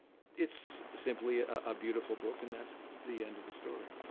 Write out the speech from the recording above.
it's simply a beautiful book and that's the end of the story.